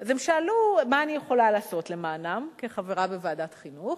אז הם שאלו מה אני יכולה לעשות למענם כחברה בוועדת חינוך,